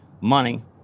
money